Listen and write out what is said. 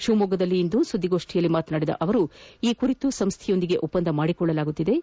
ಶಿವಮೊಗ್ಗದಲ್ಲಿಂದು ಸುದ್ದಿಗೋಷ್ಠಿಯಲ್ಲಿ ಮಾತನಾಡಿದ ಅವರು ಈ ಕುರಿತು ಸಂಸ್ವೆಯೊಂದಿಗೆ ಒಪ್ಪಂದ ಮಾಡಿಕೊಳ್ಳುತ್ತಿದ್ದು